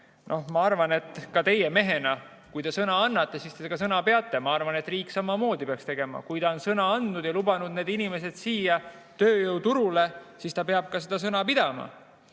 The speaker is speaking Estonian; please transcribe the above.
Ma arvan, et ka teie mehena, kui te sõna annate, siis te ka sõna peate. Ma arvan, et riik peaks samamoodi tegema. Kui ta on sõna andnud ja need inimesed siia tööjõuturule lubanud, siis ta peab seda sõna ka pidama.